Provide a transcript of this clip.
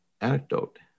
anecdote